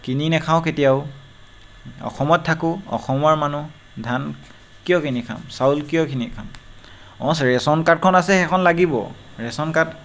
কিনি নাখাওঁ কেতিয়াও অসমত থাকোঁ অসমৰ মানুহ ধান কিয় কিনি খাম চাউল কিয় কিনি খাম অঁ চে ৰেচন কাৰ্ডখন আছে সেইখন লাগিব ৰেচন কাৰ্ড